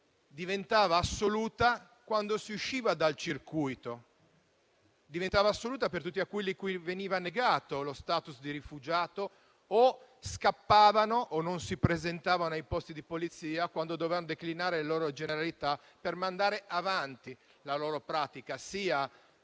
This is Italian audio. diventava assoluta quando si usciva dal circuito; diventava assoluta per tutti coloro a cui in cui veniva negato lo *status* di rifugiato o scappavano o non si presentavano ai posti di polizia quando dovevano declinare le loro generalità per mandare avanti la loro pratica, sia